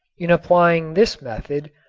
in applying this method,